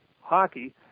hockey